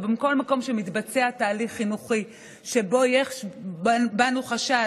ובכל מקום שבו מתבצע תהליך חינוכי שבו יש לנו חשד